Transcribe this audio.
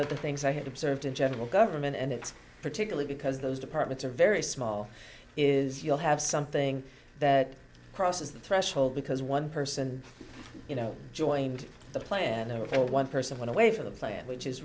of the things i had observed in general government and it's particularly because those departments are very small is you'll have something that crosses the threshold because one person you know joined the planner or one person away from the plant which is